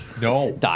No